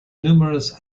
numerous